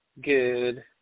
Good